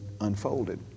unfolded